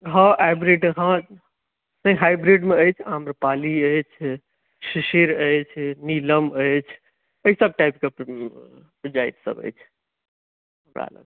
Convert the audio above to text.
हँ हाइब्रिड हँ से हाइब्रिडमे अछि आम्रपाली अछि शिशिर अछि नीलम अछि एहि सभ टाइपके प्रजातिसभ अछि हमरा लग